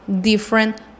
different